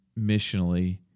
missionally